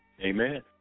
Amen